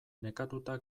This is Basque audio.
nekatuta